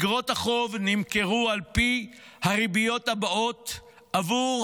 איגרות החוב נמכרו על פי הריביות הבאות עבור